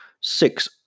six